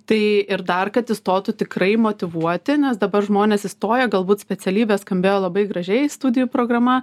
tai ir dar kad įstotų tikrai motyvuoti nes dabar žmonės įstoja galbūt specialybė skambėjo labai gražiai studijų programa